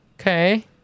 Okay